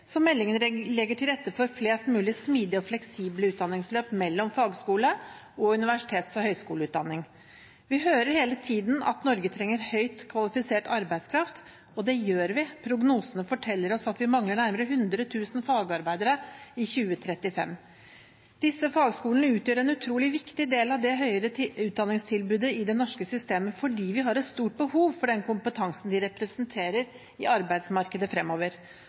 meldingen legger til rette for flest mulige smidige og fleksible utdanningsløp mellom fagskole- og universitets- og høyskoleutdanning. Vi hører hele tiden at Norge trenger høyt kvalifisert arbeidskraft. Og det gjør vi – prognosene forteller oss at vi vil mangle nærmere 100 000 fagarbeidere i 2035. Fagskolene utgjør en utrolig viktig del av det høyere utdanningstilbudet i det norske utdanningssystemet fordi vi har et stort behov for den kompetansen de representerer i arbeidsmarkedet fremover.